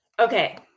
Okay